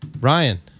Ryan